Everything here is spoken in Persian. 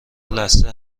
لثه